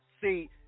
See